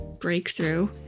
breakthrough